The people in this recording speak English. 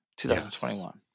2021